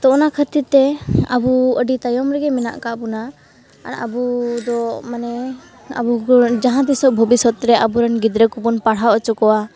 ᱛᱚ ᱚᱱᱟ ᱠᱷᱟᱹᱛᱤᱨᱛᱮ ᱟᱵᱚ ᱟᱹᱰᱤ ᱛᱟᱭᱚᱢ ᱨᱮᱜᱮ ᱢᱮᱱᱟᱜ ᱟᱠᱟᱫ ᱵᱚᱱᱟ ᱟᱨ ᱟᱵᱚᱫᱚ ᱢᱟᱱᱮ ᱟᱵᱚ ᱡᱟᱦᱟᱸ ᱛᱤᱥᱚᱜ ᱵᱷᱚᱵᱤᱥᱥᱚᱛ ᱟᱵᱚᱨᱮᱱ ᱜᱤᱫᱽᱨᱟᱹ ᱠᱚ ᱵᱚᱱ ᱯᱟᱲᱦᱟᱣ ᱚᱪᱚ ᱠᱚᱣᱟ